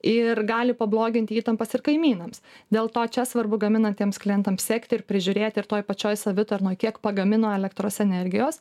ir gali pabloginti įtampas ir kaimynams dėl to čia svarbu gaminantiems klientams sekti ir prižiūrėti ir toj pačioj savitarnoj kiek pagamino elektros energijos